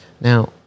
Now